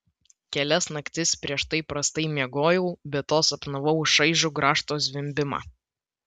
kelias naktis prieš tai prastai miegojau be to sapnavau šaižų grąžto zvimbimą